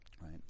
right